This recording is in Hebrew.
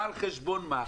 מה על חשבון מה,